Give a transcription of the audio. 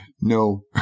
no